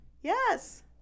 Yes